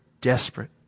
desperate